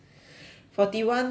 forty one times